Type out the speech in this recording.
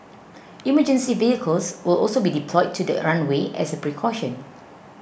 emergency vehicles will also be deployed to the runway as a precaution